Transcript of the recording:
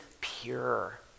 pure